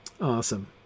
awesome